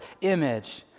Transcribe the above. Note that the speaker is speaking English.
image